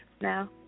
now